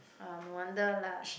orh no wonder lah